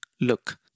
look